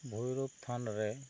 ᱵᱷᱳᱭᱨᱳᱵ ᱛᱷᱟᱱ ᱨᱮ